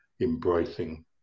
embracing